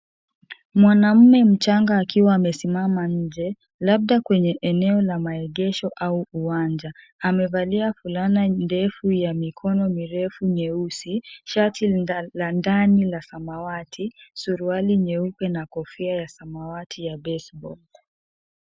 Mwanaume mchanga akiwa amesimama nje, labda kwenye eneo la maegesho au uwanja. Amevalia fulana refu ya mikono mirefu nyeusi, shati la ndani la samawati , suruali nyeupe na kofia ya samawati ya baseball.